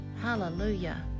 Hallelujah